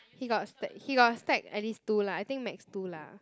he got stack he got stack at least two lah I think max two lah